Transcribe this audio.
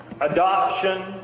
adoption